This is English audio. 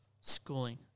schooling